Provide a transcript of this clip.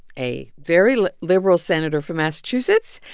a very liberal senator from massachusetts,